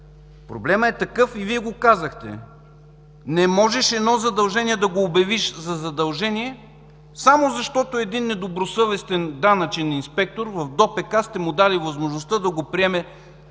Проблемът е такъв, и Вие го казахте – не можеш едно задължение да го обявиш за задължение само защото на един недобросъвестен данъчен инспектор в ДОПК сте му дали възможността да го приеме за